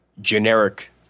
generic